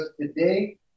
today